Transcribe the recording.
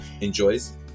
enjoys